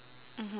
mmhmm